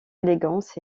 élégance